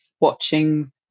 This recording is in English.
watching